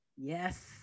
Yes